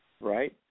Right